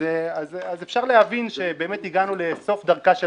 אז אפשר להבין שבאמת הגענו לסוף דרכה של